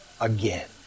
again